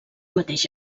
mateix